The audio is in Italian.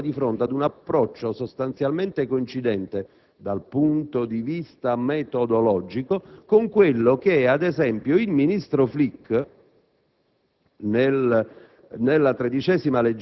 amministrative locali. È innegabile che ci si trova di fronte ad un approccio sostanzialmente coincidente - dal punto di vista metodologico - con quello che, ad esempio, il ministro Flick